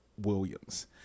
Williams